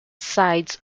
sides